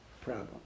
problem